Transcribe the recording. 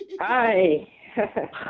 Hi